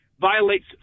violates